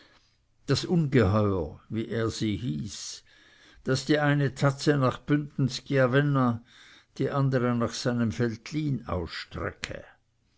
das ungeheuer wie er sie hieß das die eine tatze nach bündens chiavenna die andere nach seinem veltlin ausstrecke